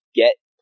get